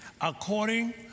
according